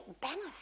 benefit